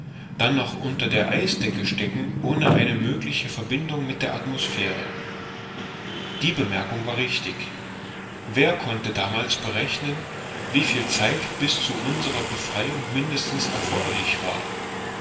dann doch noch unter der eisdecke stecken ohne eine mögliche verbindung mit der atmosphäre die bemerkung war richtig wer konnte damals berechnen wieviel zeit bis zu unserer befreiung mindestens erforderlich war